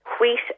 wheat